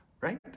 Right